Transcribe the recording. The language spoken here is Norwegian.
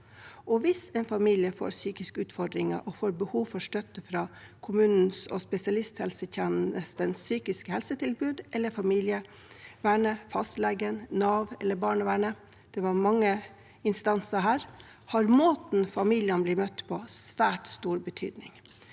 Hvis en familie får psykiske utfordringer og får behov for støtte fra kommunens og spesialisthelsetjenestens psykisk helse-tilbud eller familievernet, fastlegen, Nav eller barnevernet – altså svært mange instanser – har måten familiene blir møtt på, en svært stor betydning.